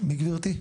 מי גברתי?